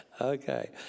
Okay